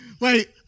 Wait